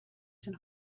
den